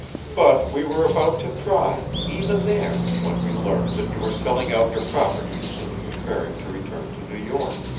but we were about to try, even there, when we learned that you were selling out your properties and preparing to return to new york.